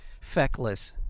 feckless